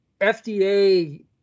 FDA